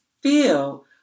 feel